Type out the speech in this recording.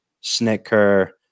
Snicker